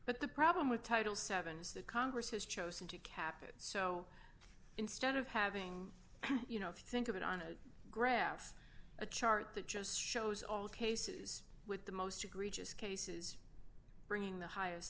but the problem with title seven is that congress has chosen to cap it so instead of having you know if you think of it on a graph a chart that just shows all cases with the most egregious cases bringing the highest